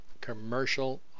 commercial